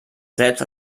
selbst